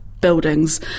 buildings